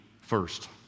first